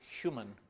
human